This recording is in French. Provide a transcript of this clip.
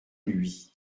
lui